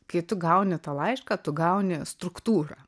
kai tu gauni tą laišką tu gauni struktūrą